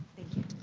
thank you.